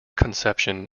conception